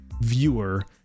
viewer